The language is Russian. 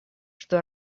что